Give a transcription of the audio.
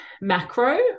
macro